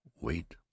wait